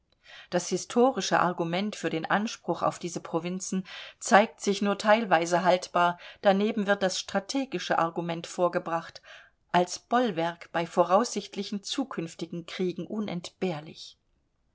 das historische argument für den anspruch auf diese provinzen zeigt sich nur teilweise haltbar daneben wird das strategische argument vorgebracht als bollwerk bei voraussichtlichen zukünftigen kriegen unentbehrlich